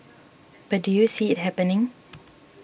but do you see it happening